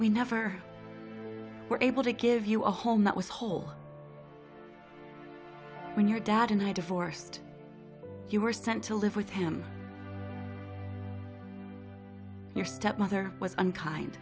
we never were able to give you a home that was whole when your dad and i divorced you were sent to live with him your step mother was unkind